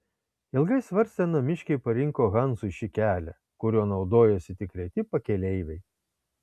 ilgai svarstę namiškiai parinko hansui šį kelią kuriuo naudojosi tik reti pakeleiviai